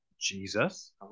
Jesus